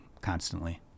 constantly